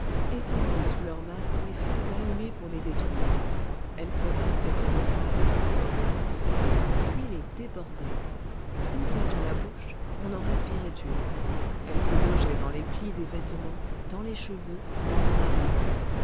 éteignaient sous leurs masses les feux allumés pour les détruire elles se heurtaient aux obstacles et s'y amoncelaient puis les débordaient ouvrait on la bouche on en respirait une elles se logeaient dans les plis des vêtements dans les cheveux dans les narines